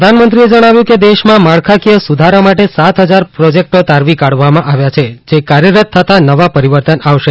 પ્રધાનમંત્રીએ જણાવ્યું કે દેશમાં માળખાકીય સુધારા માટે સાત હજાર પ્રોજેકટો તારવી કાઢવામાં આવ્યા છે જે કાર્યરત થતા નવા પરીવર્તન આવશે